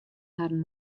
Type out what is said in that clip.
harren